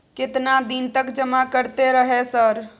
केतना दिन तक जमा करते रहे सर?